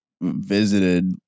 visited